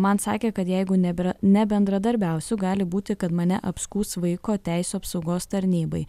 man sakė kad jeigu nebėra nebendradarbiausiu gali būti kad mane apskųs vaiko teisių apsaugos tarnybai